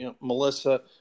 Melissa